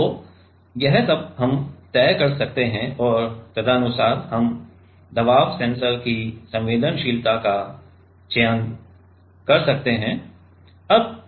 तो यह सब हम तय कर सकते हैं और तदनुसार हम दबाव सेंसर की संवेदनशीलता का चयन कर सकते हैं